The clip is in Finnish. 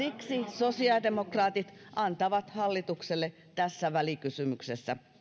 sosiaalidemokraatit antavat hallitukselle tässä välikysymyksessä